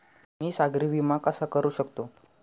मी सागरी विमा कसा करू शकतो?